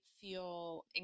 feel